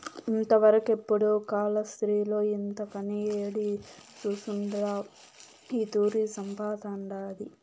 ఇంతవరకెపుడూ కాలాస్త్రిలో ఇంతకని యేడి సూసుండ్ల ఈ తూరి సంపతండాది